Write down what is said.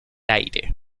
aire